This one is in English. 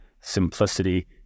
simplicity